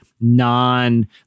non